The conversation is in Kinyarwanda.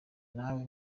nawe